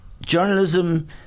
journalism